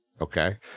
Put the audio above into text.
okay